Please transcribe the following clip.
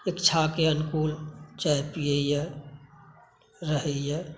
इच्छाके अनुकूल चाय पियैया रहैया